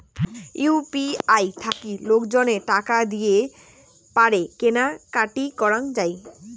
UPI থাকি লোকজনে টাকা দিয়ে পারে কেনা কাটি করাঙ যাই